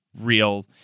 real